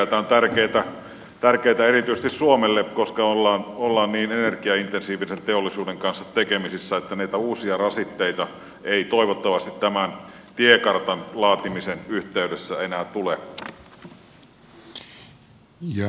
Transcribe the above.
tämä on tärkeätä erityisesti suomelle koska ollaan niin energiaintensiivisen teollisuuden kanssa tekemisissä että niitä uusia rasitteita ei toivottavasti tämän tiekartan laatimisen yhteydessä enää tule